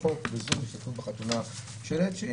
השתתפו בחתונה מרחוק,